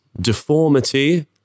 deformity